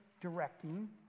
directing